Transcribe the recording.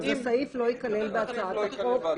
אז הסעיף לא ייכלל בהצעת החוק,